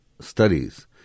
Studies